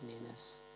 nearness